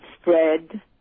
spread